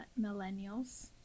Millennials